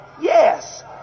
Yes